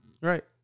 Right